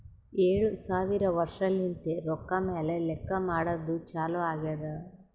ಏಳು ಸಾವಿರ ವರ್ಷಲಿಂತೆ ರೊಕ್ಕಾ ಮ್ಯಾಲ ಲೆಕ್ಕಾ ಮಾಡದ್ದು ಚಾಲು ಆಗ್ಯಾದ್